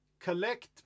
Collect